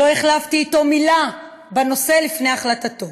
לא החלפתי אתו מילה בנושא לפני החלטתו.